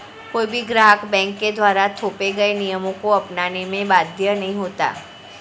कोई भी ग्राहक बैंक के द्वारा थोपे गये नियमों को अपनाने में बाध्य नहीं होता